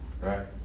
right